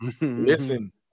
listen